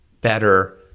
better